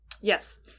Yes